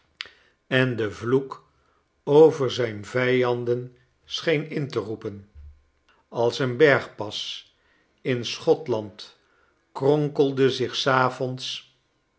en den vloek over zijn vijanden scheen in te roepen als een bergpas inschotland kronkelde zich